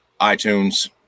iTunes